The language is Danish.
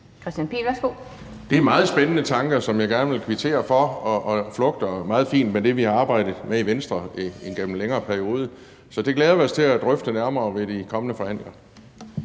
Det er meget spændende tanker, som jeg gerne vil kvittere for, og som flugter meget fint med det, vi har arbejdet med i Venstre igennem en længere periode. Så det glæder vi os til at drøfte nærmere ved de kommende forhandlinger.